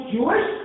Jewish